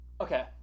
Okay